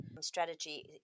strategy